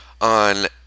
On